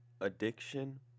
Addiction